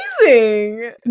amazing